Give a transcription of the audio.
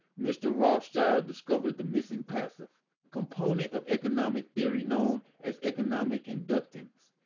mr. rothschild discovered the missing passive component of economic theory known as economic inductance.